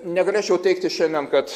negalėčiau teigti šiandien kad